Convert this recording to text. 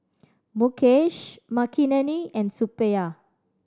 Mukesh Makineni and Suppiah